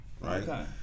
right